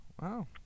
Wow